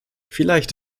vielleicht